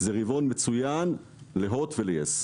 הוא רבעון מצוין להוט וליס.